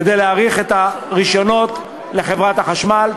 כדי להאריך את תוקף הרישיונות לחברת החשמל.